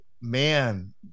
man